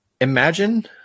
Imagine